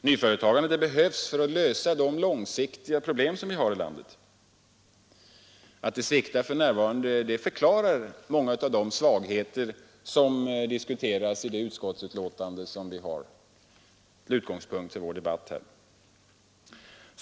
Nyföretagandet behövs för att lösa de långsiktiga problem som vi har i landet. Att det sviktar förklarar de svagheter som diskuteras i det utskottsbetänkande vi har till utgångspunkt för vår debatt.